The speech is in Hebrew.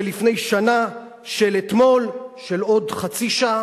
של לפני שנה?